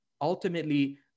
ultimately-